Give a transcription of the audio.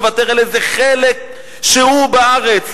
לוותר על איזה חלק שהוא בארץ.